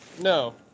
No